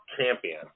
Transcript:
champion